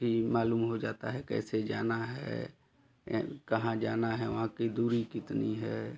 ही मालूम हो जाता है कैसे जाना है कहाँ जाना है वहाँ की दूरी कितनी है